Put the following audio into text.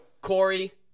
Corey